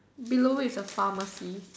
below it is a pharmacy